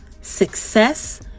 success